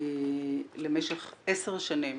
למשך עשר שנים